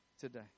today